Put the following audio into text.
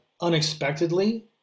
unexpectedly